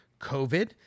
COVID